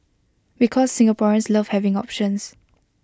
because Singaporeans love having options